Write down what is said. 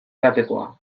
edatekoa